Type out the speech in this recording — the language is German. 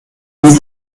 dann